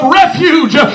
refuge